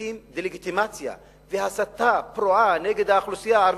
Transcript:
ועושים דה-לגיטימציה והסתה פרועה נגד האוכלוסייה הערבית,